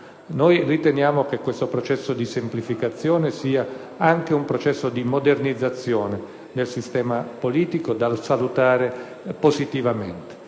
Noi riteniamo che questo processo di semplificazione sia anche un processo di modernizzazione del sistema politico, da salutare positivamente.